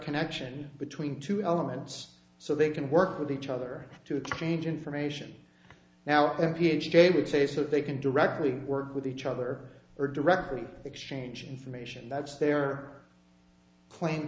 connection between two elements so they can work with each other to exchange information now mph david say so they can directly work with each other or directly exchange information that's their claim